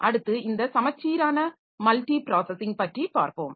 அடுத்து இந்த சமச்சீரான மல்டி ப்ராஸஸிங் பற்றிப் பார்ப்போம்